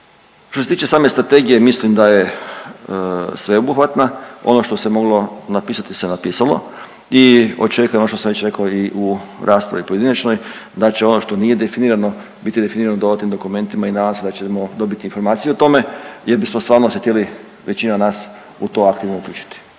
Što se tiče same strategije mislim da je sveobuhvatna, ono što se moglo napisati se napisalo i očekujem ono što sam već rekao i u raspravi pojedinačnoj da će ono što nije definirano biti definirano dodatnim dokumentima i nadam se da ćemo dobiti informaciju o tome jer bismo stvarno se htjeli većina nas u to aktivno uključiti.